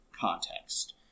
context